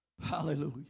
Hallelujah